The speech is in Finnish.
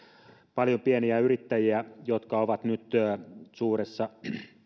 paljon pieniä yrittäjiä jotka ovat nyt suuressa